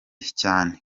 cyane